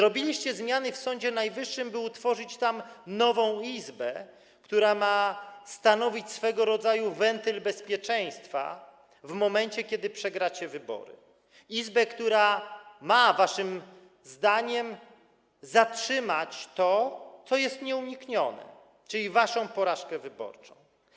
Dokonaliście zmian w Sądzie Najwyższym, by utworzyć tam nową izbę, która ma stanowić swojego rodzaju wentyl bezpieczeństwa w momencie, kiedy przegracie wybory, izbę, która ma waszym zdaniem zatrzymać to, co jest nieuniknione, czyli waszą porażkę wyborczą.